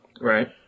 Right